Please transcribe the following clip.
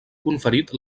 conferit